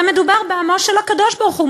הרי מדובר בעמו של הקדוש-ברוך-הוא,